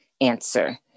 answer